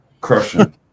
crushing